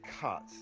cut